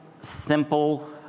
simple